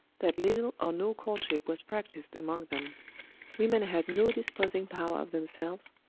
that little or no courtship was practised among them women had no disposing power of themselves,